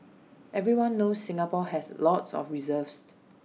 everyone knows Singapore has lots of reserves